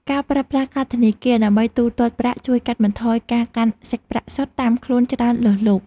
ការប្រើប្រាស់កាតធនាគារដើម្បីទូទាត់ប្រាក់ជួយកាត់បន្ថយការកាន់សាច់ប្រាក់សុទ្ធតាមខ្លួនច្រើនលើសលប់។